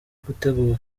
gutegura